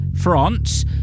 france